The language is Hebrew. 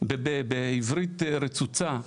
ובעברית רצוצה.